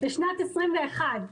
בשנת 21',